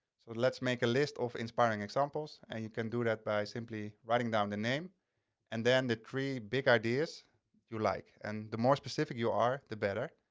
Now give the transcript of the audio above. so let's make a list of inspiring examples and you can do that by simply writing down the name and then the three big ideas you like and the more specific you are, the better.